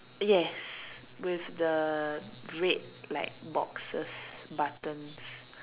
yes with the red like boxes buttons